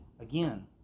again